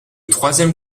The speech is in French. troisième